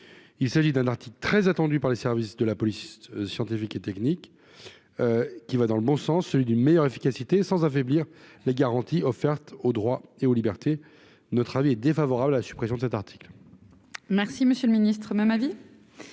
il s'agit d'un article très attendu par les services de la police scientifique et technique, qui va dans le bon sens, celui d'une meilleure efficacité sans affaiblir les garanties offertes aux droits et aux libertés, notre avis défavorable à la suppression de cet article. Merci, monsieur le Ministre, même avis.